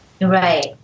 Right